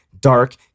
Dark